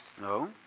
No